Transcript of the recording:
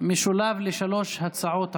משולב לשלוש הצעות החוק.